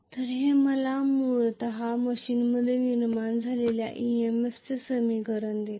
तर हे मला मुळात मशीनमध्ये निर्माण झालेल्या EMF चे समीकरण देते